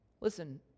Listen